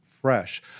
fresh